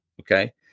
okay